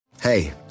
Hey